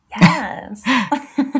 Yes